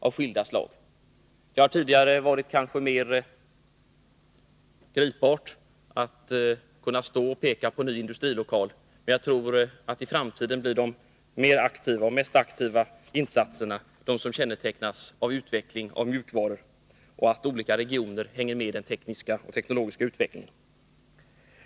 Att peka på en satsning på en ny industrilokal har tidigare kanske varit mer gripbart, men jag tror att de i framtiden mest aktiva insatserna blir de som kännetecknas av utveckling av mjukvaror och av att olika regioner hänger med i den tekniska och teknologiska utvecklingen.